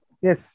yes